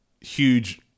huge